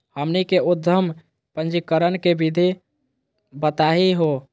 हमनी के उद्यम पंजीकरण के विधि बताही हो?